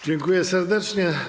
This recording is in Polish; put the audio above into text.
Dziękuję serdecznie.